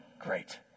great